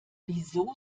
wieso